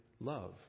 love